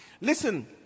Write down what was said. Listen